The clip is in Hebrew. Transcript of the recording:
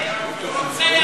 החייל הזה הוא רוצח שפל.